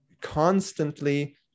constantly